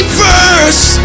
first